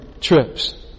trips